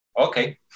okay